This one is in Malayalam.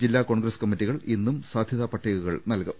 ജില്ലാ കോൺഗ്രസ് കമ്മിറ്റികൾ ഇന്നും സാധ്യതാ പട്ടികകൾ നൽകും